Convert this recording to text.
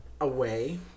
away